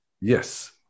yes